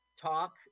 talk